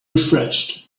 refreshed